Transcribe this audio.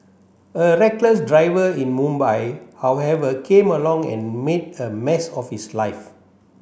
a reckless driver in Mumbai however came along and made a mess of his life